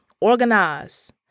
Organize